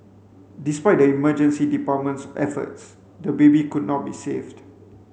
despite the emergency department's efforts the baby could not be saved